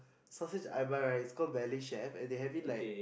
sausage I buy right it's called ballet chef and they have it like